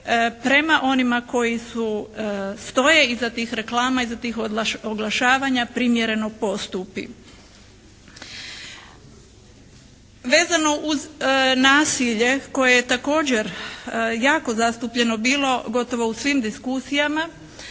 prema onima koji su stoje iza tih reklama, iza tih oglašavanja primjereno postupi. Vezano uz nasilje koje je također jako zastupljeno bilo gotovo u svim diskusijama